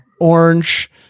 orange